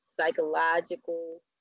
psychological